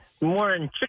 morning